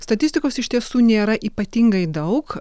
statistikos iš tiesų nėra ypatingai daug